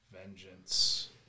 vengeance